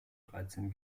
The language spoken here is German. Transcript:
dreizehn